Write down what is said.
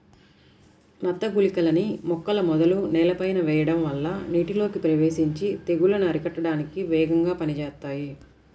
నత్త గుళికలని మొక్కల మొదలు నేలపైన వెయ్యడం వల్ల నీటిలోకి ప్రవేశించి తెగుల్లను అరికట్టడానికి వేగంగా పనిజేత్తాయి